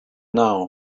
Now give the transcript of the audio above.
now